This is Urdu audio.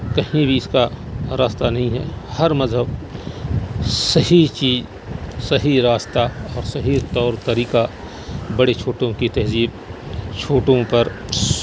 کہیں بھی اس کا راستہ نہیں ہے ہر مذہب صحیح چیز صحیح راستہ اور صحیح طور طریقہ بڑے چھوٹوں کی تہذیب چھوٹوں پر